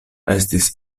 estis